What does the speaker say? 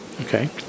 okay